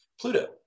Pluto